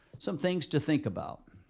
some things to think about.